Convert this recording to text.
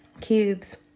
cubes